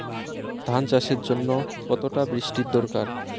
ধান চাষের জন্য কতটা বৃষ্টির দরকার?